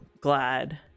glad